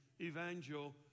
Evangel